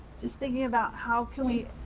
just thinking about how can we